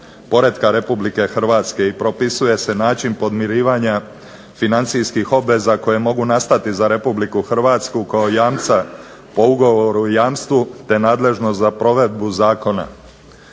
poretka RH i propisuje se način podmirivanja financijskih obveza koje mogu nastati za RH kao jamca po ugovoru o jamstvu te nadležnost za provedbu zakona.